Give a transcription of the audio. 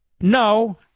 no